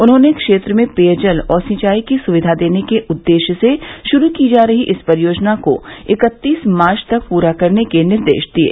उन्होंने क्षेत्र में पेयजल और सिंचाई की सुविधा देने के उददेश्य से शुरू की जा रही इस परियोजना को इकत्तीस मार्च तक पूरा करने के निर्देश दिये